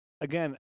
again